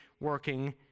working